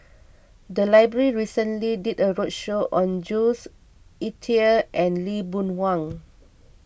the library recently did a roadshow on Jules Itier and Lee Boon Wang